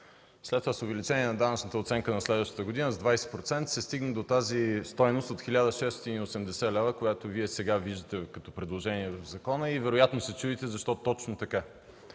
След това, с увеличение на данъчната оценка на следващата година с 20%, се стигна до тази стойност от 1680 лв., която виждате сега като предложение в закона, и вероятно се чудите защо е точно така.